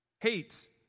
Hate